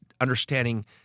understanding